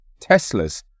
Teslas